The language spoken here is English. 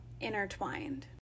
intertwined